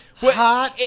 hot